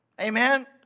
Amen